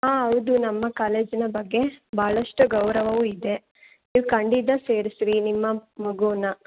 ಆಂ ಹೌದು ನಮ್ಮ ಕಾಲೇಜಿನ ಬಗ್ಗೆ ಭಾಳಷ್ಟು ಗೌರವವು ಇದೆ ನೀವು ಖಂಡಿತ ಸೇರ್ಸಿರಿ ನಿಮ್ಮ ಮಗೂನ